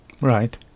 Right